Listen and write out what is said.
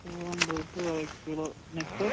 துவரம்பருப்பு அரை kilo next